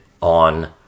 on